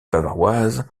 bavaroise